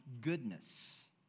goodness